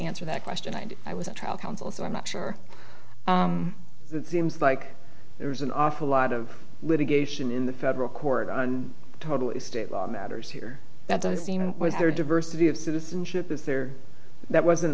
answer that question and i was a trial counsel so i'm not sure that seems like there's an awful lot of litigation in the federal court on totally state matters here that does seem was there diversity of citizenship is there that wasn't